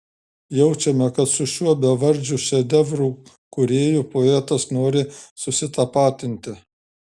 jaučiame kad su šiuo bevardžiu šedevrų kūrėju poetas nori susitapatinti